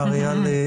מר איל זמיר.